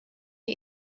die